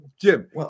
Jim